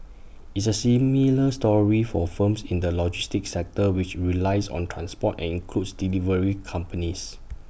it's A similar story for firms in the logistics sector which relies on transport and includes delivery companies